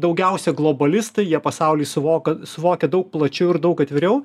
daugiausia globalistai jie pasaulį suvoka suvokia daug plačiau ir daug atviriau